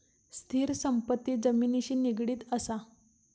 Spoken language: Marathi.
स्थिर संपत्ती जमिनिशी निगडीत असा